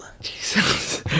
Jesus